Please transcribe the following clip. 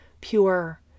pure